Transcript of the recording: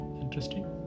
interesting